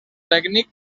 tècnic